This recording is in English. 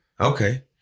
Okay